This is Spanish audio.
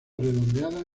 redondeada